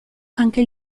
anche